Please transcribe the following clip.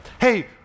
Hey